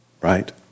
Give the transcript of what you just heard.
Right